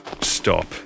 stop